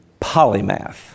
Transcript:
polymath